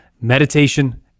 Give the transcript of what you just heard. Meditation